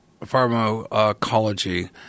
pharmacology